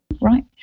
right